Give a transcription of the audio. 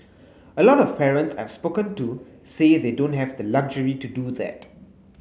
a lot of parents I've spoken to say they don't have the luxury to do that